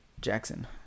Jackson